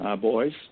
boys